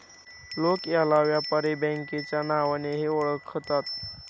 लोक याला व्यापारी बँकेच्या नावानेही ओळखतात